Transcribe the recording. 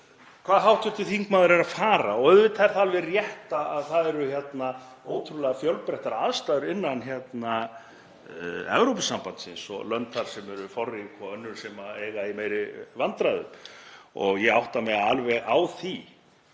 hvað hv. þingmaður er að fara og auðvitað er það alveg rétt að það eru ótrúlega fjölbreyttar aðstæður innan Evrópusambandsins og lönd þar sem eru forrík og önnur sem eiga í meiri vandræðum. Ég átta mig alveg á því